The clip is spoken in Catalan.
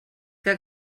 que